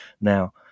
Now